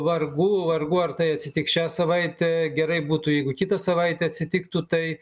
vargu vargu ar tai atsitiks šią savaitę gerai būtų jeigu kitą savaitę atsitiktų tai